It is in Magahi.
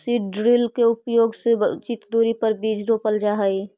सीड ड्रिल के उपयोग से उचित दूरी पर बीज रोपल जा हई